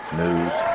news